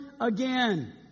again